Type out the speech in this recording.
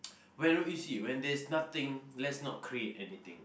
when when you see when there's nothing let's not create anything